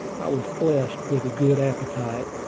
i was blessed with a good appetite,